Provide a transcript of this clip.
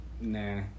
nah